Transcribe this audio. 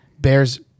bears